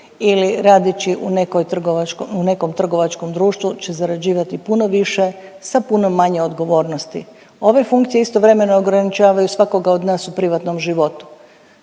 trgovačkom, u nekom trgovačkom društvu će zarađivati puno više sa puno manje odgovornosti. Ove funkcije istovremeno ograničavaju svakoga od nas u privatnom životu,